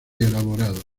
elaborado